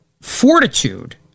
fortitude